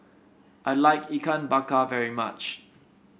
I like Ikan Bakar very much